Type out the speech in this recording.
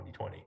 2020